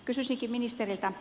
kysyinkin ministeriltä